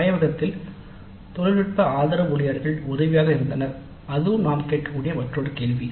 ஆய்வகத்தில் தொழில்நுட்ப ஆதரவு ஊழியர்கள் உதவியாக இருந்தனர் அதுவும் நாம் கேட்கக்கூடிய மற்றொரு கேள்வி